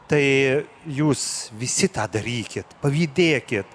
tai jūs visi tą darykit pavydėki